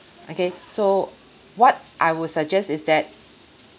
okay so what I will suggest is that